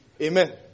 Amen